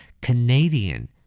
Canadian